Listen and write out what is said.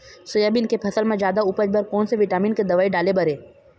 Soybean के फसल म जादा उपज बर कोन से विटामिन के दवई डाले बर ये?